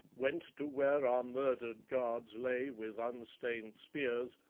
went to where our murdered guards lay with unstained spears,